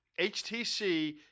HTC